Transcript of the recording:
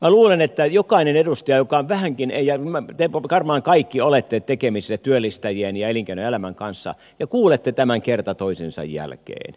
minä luulen että jokainen edustaja joka on vähänkin ja varmaan te kaikki olette tekemisissä työllistäjien ja elinkeinoelämän kanssa kuulee tämän kerta toisensa jälkeen